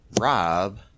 Rob